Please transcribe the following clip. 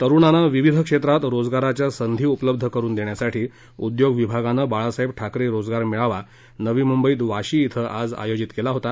तरूणांना विविध क्षेत्रात रोजगाराच्या संधी उपलब्ध करून देण्यासाठी उद्योग विभागानं बाळासाहेब ठाकरे रोजगार मेळावा नवी मुंबईत वाशी इथं आज आयोजित केला होता